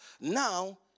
now